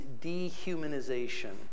dehumanization